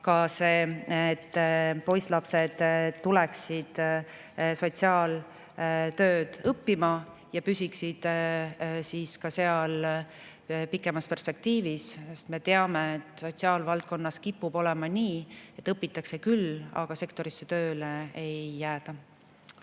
vaja, et poisslapsed tuleksid sotsiaaltööd õppima ja püsiksid seal pikemas perspektiivis, sest me teame, et sotsiaalvaldkonnas kipub olema nii, et õpitakse küll, aga sektorisse tööle ei jääda.